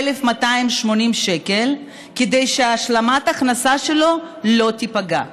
1,280 שקלים כדי שהשלמת ההכנסה שלו לא תיפגע.